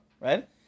right